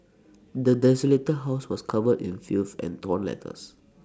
the desolated house was covered in filth and torn letters